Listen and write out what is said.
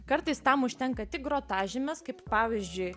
kartais tam užtenka tik grotažymės kaip pavyzdžiui